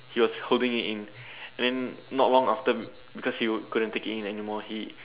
he was holding it in and then not long after because he would couldn't take it in anymore he